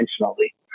intentionally